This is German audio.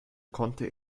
konnte